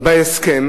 בהסכם